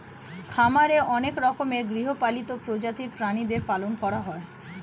খামারে অনেক রকমের গৃহপালিত প্রজাতির প্রাণীদের পালন করা হয়